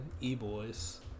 E-Boys